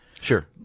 Sure